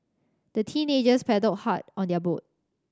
the teenagers paddled hard on their boat